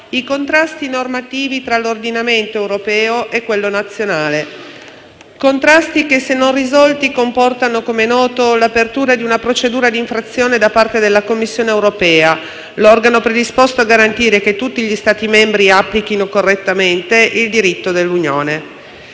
i contrasti normativi tra l'ordinamento europeo e quello nazionale. Si tratta di contrasti che, se non risolti, comportano come noto l'apertura di una procedura di infrazione da parte della Commissione europea, l'organo predisposto a garantire che tutti gli Stati membri applichino correttamente il diritto dell'Unione.